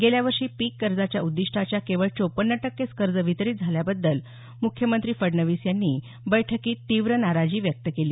गेल्या वर्षी पीक कर्जाच्या उद्दिष्टाच्या केवळ चोपन्न टक्केच कर्जं वितरीत झाल्याबद्दल मुख्यमंत्री फडणवीस यांनी बैठकीत तीव्र नाराजी व्यक्त केली